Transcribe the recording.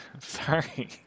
Sorry